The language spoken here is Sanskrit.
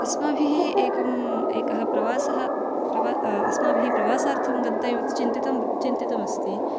अस्माभिः एकम् एकः प्रवासः प्रवासः अस्माभिः प्रवासार्थं गन्तव्यमिति चिन्तितं चिन्तितमस्ति